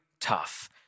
tough